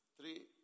three